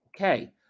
Okay